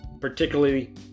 particularly